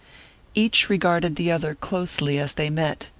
each regarded the other closely as they met.